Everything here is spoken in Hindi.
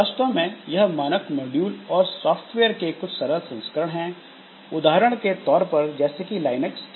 वास्तव में यह मानक मॉड्यूल और सॉफ्टवेयर के कुछ सरल संसकरण हैं उदाहरण के तौर पर जैसे कि लाइनक्स के